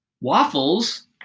Waffles